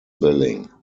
billing